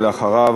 ואחריו,